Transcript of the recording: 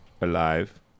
alive